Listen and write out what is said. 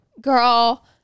girl